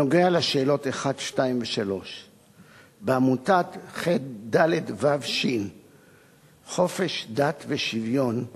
1 3. בעמותת חדו"ש חופש דת ושוויון,